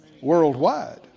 worldwide